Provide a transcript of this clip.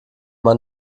man